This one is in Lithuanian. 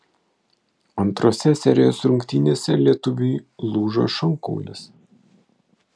antrose serijos rungtynėse lietuviui lūžo šonkaulis